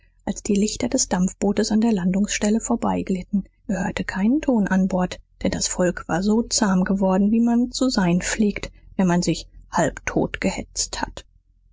als die lichter des dampfbootes an der landungsstelle vorbeiglitten er hörte keinen ton an bord denn das volk war so zahm geworden wie man zu sein pflegt wenn man sich halbtot gehetzt hat